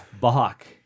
bach